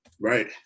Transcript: right